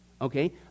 okay